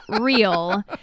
real